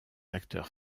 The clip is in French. acteurs